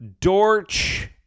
Dorch